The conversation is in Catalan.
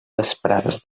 vesprades